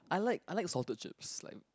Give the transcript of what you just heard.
I like I like salted chips like